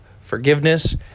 Forgiveness